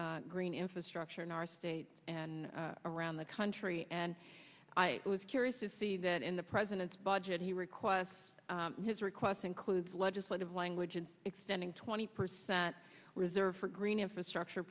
green infrastructure in our state and around the country and it was curious to see that in the president's budget he requests his requests include legislative language and extending twenty percent reserved for green infrastructure